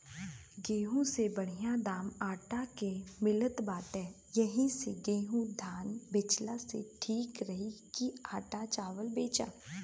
गेंहू से बढ़िया दाम आटा के मिलत बाटे एही से गेंहू धान बेचला से ठीक रही की आटा चावल बेचा